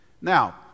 Now